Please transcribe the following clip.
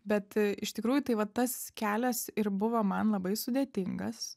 bet iš tikrųjų tai va tas kelias ir buvo man labai sudėtingas